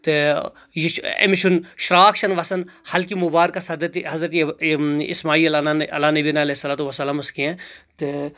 تہٕ یہِ چھُ أمِس چھُن شراکھ چھنہٕ وسان ہلکہِ مُبارکس حضرتہ حضرتہِ یہِ اسماعیل علیٰ نبین علیہِ صلاتُ وسلامس کینٛہہ تہٕ